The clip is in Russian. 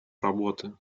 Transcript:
работы